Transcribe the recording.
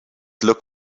look